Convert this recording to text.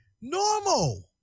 Normal